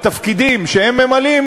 בתפקידים שהם ממלאים,